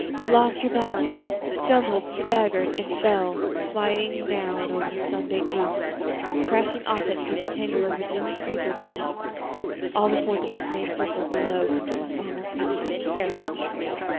lost her balance, stumbled, staggered, and fell sliding down over the sun-baked roof and crashing off it through the tangle of virginia creeper beneath all before the dismayed circle below could give a simultaneous, terrified shriek.